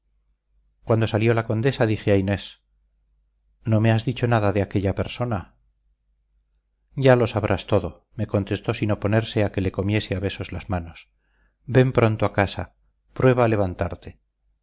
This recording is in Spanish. cuando salió la condesa dije a inés no me has dicho nada de aquella persona ya lo sabrás todo me contestó sin oponerse a que le comiese a besos las manos ven pronto a casa prueba a levantarte